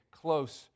close